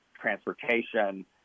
transportation